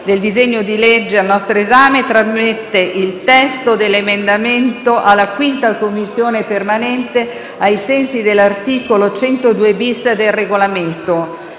sostitutivo del disegno di legge al nostro esame, e trasmette il testo dell'emendamento alla 5a Commissione permanente, ai sensi dell'articolo 102-*bis* del Regolamento.